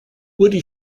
woody